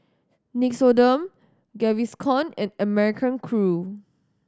Nixoderm Gaviscon and American Crew